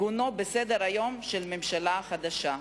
עיגונו בסדר-היום של הממשלה החדשה.